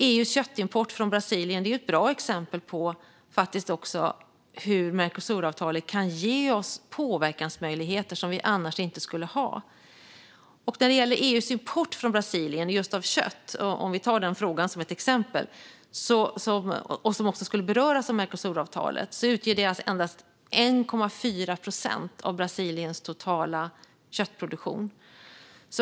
EU:s köttimport från Brasilien är ett bra exempel på hur Mercosuravtalet kan ge oss påverkansmöjligheter som vi annars inte skulle haft. Om vi tar frågan om EU:s import av just kött från Brasilien, som skulle beröras av Mercosuravtalet, som ett exempel utgör den endast 1,4 procent av Brasiliens totala köttproduktion.